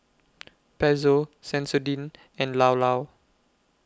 Pezzo Sensodyne and Llao Llao